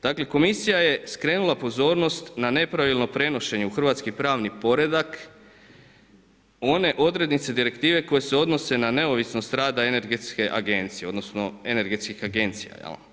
Daklem, Komisija je skrenula pozornost na nepravilno prenošenje u hrvatski pravni poredak one odrednice direktive koje se odnose na neovisnost rada energetske agencije odnosno energetskih agencija.